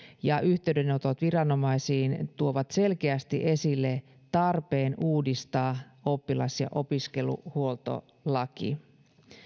ja yhteydenotot viranomaisiin tuovat selkeästi esille tarpeen uudistaa oppilas ja opiskeluhuoltolaki